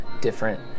different